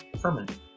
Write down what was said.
permanent